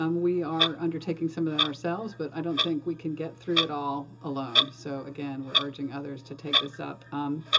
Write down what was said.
um we are undertaking some of that ourselves, but i don't think we can get through it all alone. so, again, we're urging others to take this up. um,